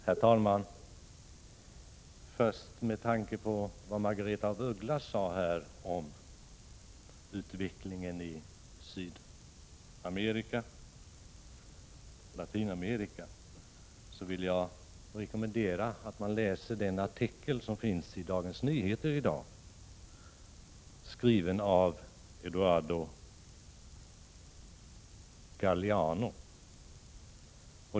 Herr talman! Med tanke på vad Margaretha af Ugglas sade om utvecklingeni Latinamerika vill jag rekommendera att man läser den artikel som finns i Dagens Nyheter i dag, skriven av Eduardo Galeano.